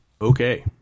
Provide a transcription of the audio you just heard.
Okay